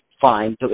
fine